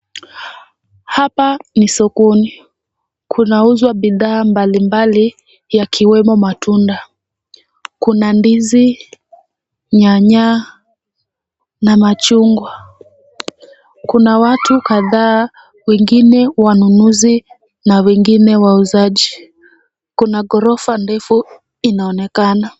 Hapa ni sokoni, kunauzwa bidhaa mbalimbali, yakiwemo matunda. Kuna ndizi, nyanya na machungwa. Kuna watu kadhaa, wengine wanunuzi na wengine wauzaji. Kuna ghorofa ndefu, inaonekana.